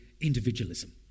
individualism